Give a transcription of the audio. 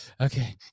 Okay